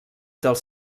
dels